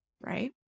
right